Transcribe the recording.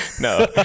No